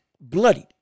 Bloodied